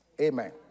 Amen